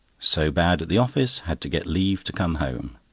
so bad at the office, had to get leave to come home.